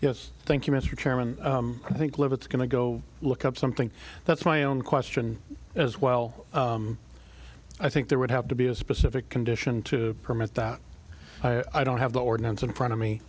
yes thank you mr chairman i think live it's going to go look up something that's my own question as well i think there would have to be a specific condition to permit that i don't have the ordinance in front of me